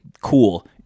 Cool